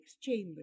chamber